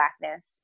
blackness